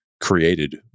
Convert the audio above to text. created